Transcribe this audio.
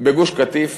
בגוש-קטיף